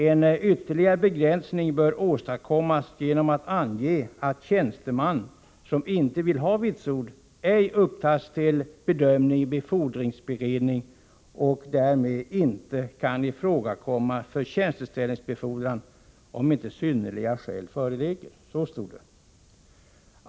En ytterligare begränsning bör åstadkommas genom att ange att tjänsteman, som icke vill ha vitsord, ej upptages till bedömning i befordringsberedning och därmed icke kan ifrågakomma för tjänsteställningsbefordran, om inte synnerliga skäl föreligger.